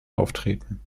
auftreten